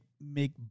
make